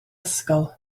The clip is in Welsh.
ysgol